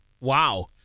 Wow